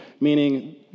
meaning